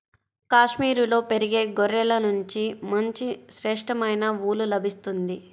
కాశ్మీరులో పెరిగే గొర్రెల నుంచి మంచి శ్రేష్టమైన ఊలు లభిస్తుంది